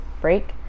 break